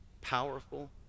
powerful